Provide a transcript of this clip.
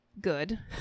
good